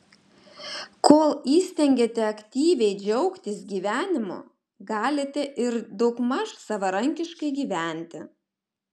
kol įstengiate aktyviai džiaugtis gyvenimu galite ir daugmaž savarankiškai gyventi